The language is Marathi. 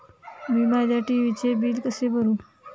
मी माझ्या टी.व्ही चे बिल कसे भरू?